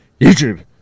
YouTube